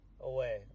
away